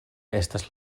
estas